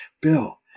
Bill